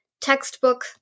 textbook